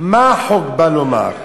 מה החוק בא לומר?